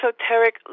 esoteric